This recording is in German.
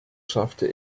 schaffte